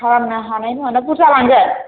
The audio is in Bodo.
खालामनो हानाय नङा दां बुरजा लांगोन